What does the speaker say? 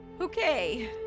Okay